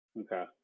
Okay